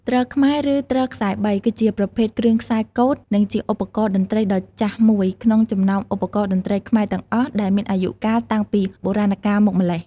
ទ្រខ្មែរ ឬទ្រខ្សែ៣ គឺជាប្រភេទគ្រឿងខ្សែកូតនិងជាឧបករណ៍តន្ត្រីដ៏ចាស់មួយក្នុងចំណោមឧបករណ៍តន្ត្រីខ្មែរទាំងអស់ដែលមានអាយុកាលតាំងពីបុរាណកាលមកម្ល៉េះ។